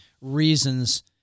reasons